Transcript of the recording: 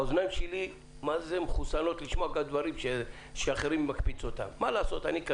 האוזניים שלי מחוסנות לשמוע דברים שמקפיצים אחרים.